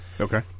Okay